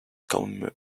common